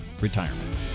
Retirement